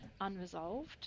unresolved